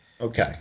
Okay